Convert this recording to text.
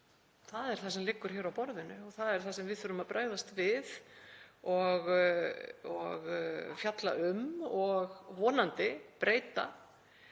Það er það sem liggur á borðinu og það er það sem við þurfum að bregðast við og fjalla um og vonandi breyta.